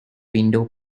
window